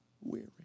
weary